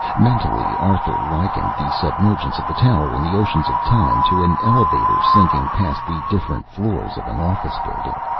mentally, arthur likened the submergence of the tower in the oceans of time to an elevator sinking past the different floors of an office building.